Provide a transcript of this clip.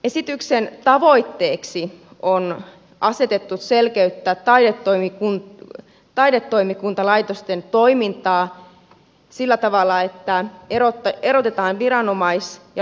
esityksen tavoitteeksi on asetettu selkeyttää taidetoimikuntalaitosten toimintaa sillä tavalla että erotetaan viranomais ja luottamuselintoiminta